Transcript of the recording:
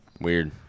Weird